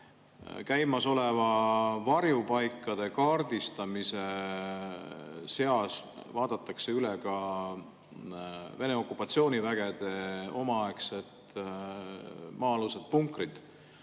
käimasoleva varjupaikade kaardistamise käigus vaadatakse üle ka Vene okupatsioonivägede omaaegsed maa-alused punkrid,